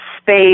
space